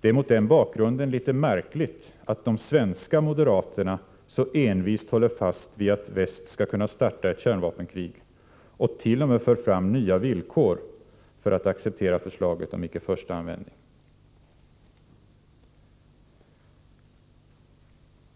Det är mot den bakgrunden litet märkligt att de svenska moderaterna så envist håller fast vid att väst skall kunna starta ett kärnvapenkrig — och t.o.m. för fram nya villkor för att acceptera förslaget om icke-förstaanvändning.